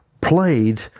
played